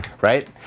right